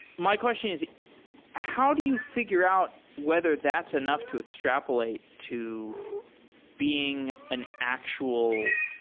my question is how do you figure out whether that's enough to extrapolate to being an actual,